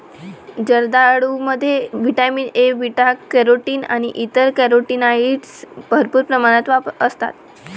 जर्दाळूमध्ये vitamin A, beta carotene आणि इतर कॅरोटीनॉइड्स भरपूर प्रमाणात असतात